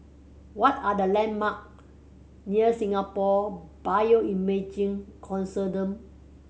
what are the landmark near Singapore Bioimaging Consortium